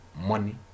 money